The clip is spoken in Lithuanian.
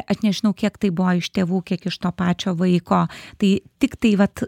aš nežinau kiek tai buvo iš tėvų kiek iš to pačio vaiko tai tiktai vat